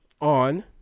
on